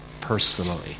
personally